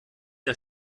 der